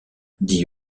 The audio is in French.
dit